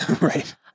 Right